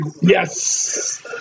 yes